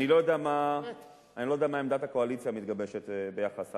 אני לא יודע מה עמדת הקואליציה המתגבשת ביחס לזה,